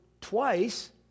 twice